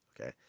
okay